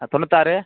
ஆ தொண்ணூற்றாறு